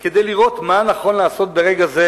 כדי לראות מה נכון לעשות ברגע זה,